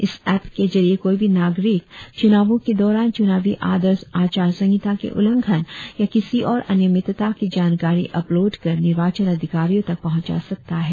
इस एप्प के जरिए कोई भी नागरिक चुनावों के दौरान चुनावी आदर्श आचार संहिता के उल्लंघन या किसी और अनियमितता की जानकारी अपलोड कर निर्वाचन अधिकारियों तक पहुंचा सकता है